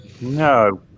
No